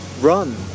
run